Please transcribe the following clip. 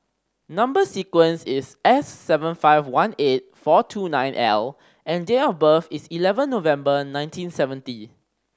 number sequence is S seven five one eight four two nine L and date of birth is eleven November nineteen seventy